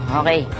okay